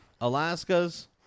Alaska's